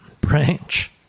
branch